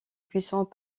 puissant